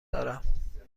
دارم